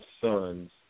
sons